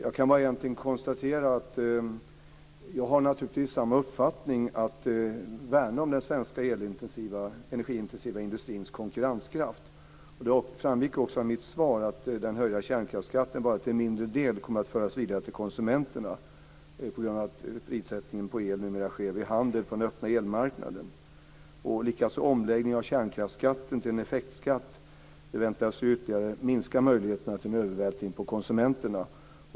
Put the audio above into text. Jag kan bara konstatera att jag naturligtvis har samma uppfattning, att man ska värna om den svenska energiintensiva industrins konkurrenskraft. Det framgick också av mitt svar att den höjda kärnkraftsskatten bara till en mindre del kommer att föras vidare till konsumenterna på grund av att prissättningen på el och energi sker via handel på den öppna elmarknaden. Likaså omläggningen av kärnkraftsskatten till en effektskatt förväntas att ytterligare minska möjligheterna till övervältring på konsumenterna.